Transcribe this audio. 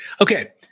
Okay